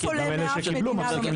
אף עולה מאף מדינה לא מקבל את המענק הזה.